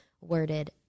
worded